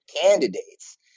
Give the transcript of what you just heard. candidates